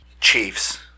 Chiefs